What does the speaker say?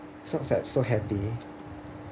so I was like so happy